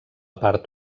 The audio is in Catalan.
part